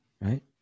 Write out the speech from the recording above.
right